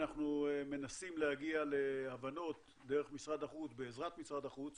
אנחנו מנסים להגיע להבנות דרך ובעזרת משרד החוץ